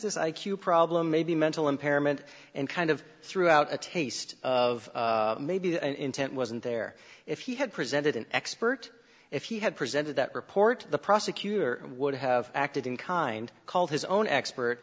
this i q problem maybe a mental impairment and kind of threw out a taste of maybe the intent wasn't there if he had presented an expert if he had presented that report the prosecutor would have acted in kind called his own expert